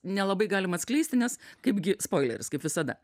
nelabai galim atskleisti nes kaipgi spoileris kaip visada